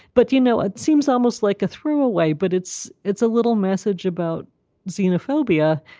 but, you know, it seems almost like a threw away, but it's it's a little message about xenophobia.